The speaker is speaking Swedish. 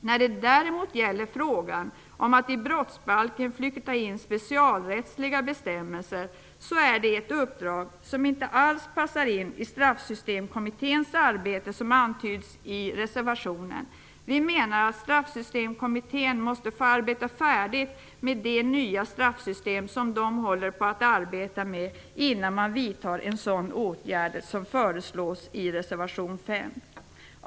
När det däremot gäller frågan om att i brottsbalken flytta in specialrättsliga bestämmelser är det ett uppdrag som inte alls passar in i Straffsystemkommitténs arbete, vilket antyds i reservationen. Vi menar att Straffsystemkommittén måste få arbeta färdigt med det nya straffsystemet innan en sådan åtgärd vidtas som föreslås i reservation 5.